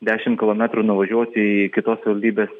dešimt kilometrų nuvažiuoti į kitos savivaldybės